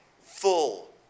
full